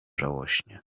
żałośnie